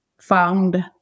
found